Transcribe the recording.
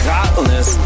Godless